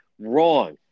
Wrong